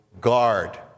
guard